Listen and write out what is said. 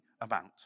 amount